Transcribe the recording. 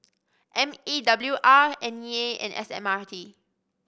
M E W R N E A and S M R T